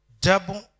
double